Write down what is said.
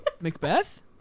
Macbeth